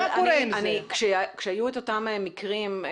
כשהיו את אותם מקרים,